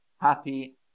Happy